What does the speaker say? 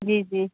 जी जी